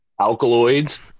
alkaloids